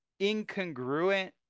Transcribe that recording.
incongruent